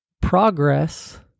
Progress